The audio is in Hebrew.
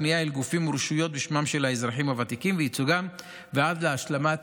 מפנייה אל גופים ורשויות בשמם של האזרחים הוותיקים וייצוגם ועד להשלמת